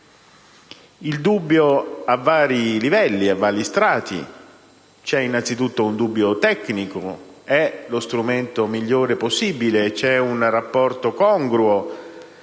Il dubbio ha vari livelli e vari strati. C'è innanzitutto un dubbio tecnico: è lo strumento migliore possibile? C'è un rapporto congruo